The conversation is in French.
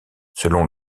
selon